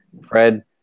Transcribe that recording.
Fred